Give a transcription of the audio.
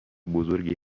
بزرگی